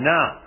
Now